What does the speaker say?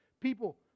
people